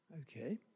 Okay